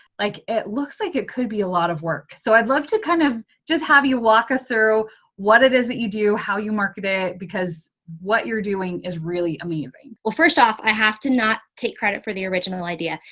like it looks like it could be a lot of work. so i'd love to kind of just have you walk us through what it is that you do, how you market it, because what you're doing is really amazing. well, first off i have to not take credit for the original idea.